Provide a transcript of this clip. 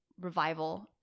revival